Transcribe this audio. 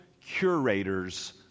curators